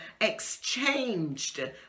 exchanged